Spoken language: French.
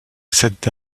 cette